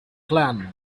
clan